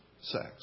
sex